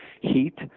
heat